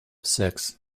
six